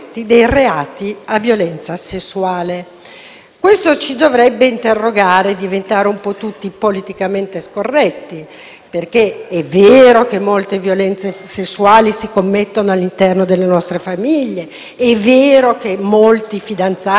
Questo ci dovrebbe interrogare e far diventare un po' tutti politicamente scorretti, perché è vero che molte violenze sessuali si commettono all'interno delle nostre famiglie, è vero che ciò riguarda anche molti fidanzati e mariti italiani - è tutto molto vero